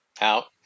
out